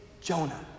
Jonah